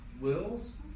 wills